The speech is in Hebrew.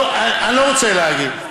אני לא רוצה להגיד.